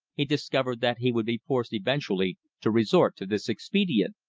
he discovered that he would be forced eventually to resort to this expedient.